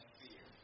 fear